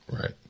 Right